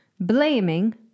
blaming